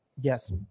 Yes